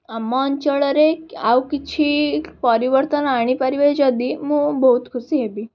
ଆମ ଅଞ୍ଚଳରେ ଆଉ କିଛି ପରିବର୍ତ୍ତନ ଆଣିପାରିବେ ଯଦି ମୁଁ ବହୁତ ଖୁସି ହେବି